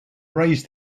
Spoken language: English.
raised